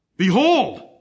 Behold